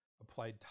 Applied